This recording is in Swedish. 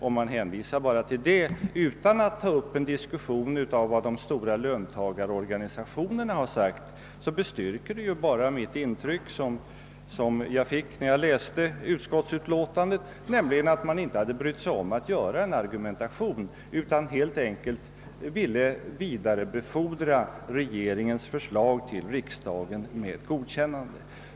Om man hänvisar endast till detta utan att ta upp en diskussion om vad de stora löntagarorganisationerna har uttalat bestyrker det bara det intryck jag fick när jag läste utskottsutlåtandet, nämligen att utskottet inte brytt sig om någon egen argumentation utan helt enkelt velat vidarebefordra regeringens förslag till riksdagen för godkännande.